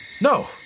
No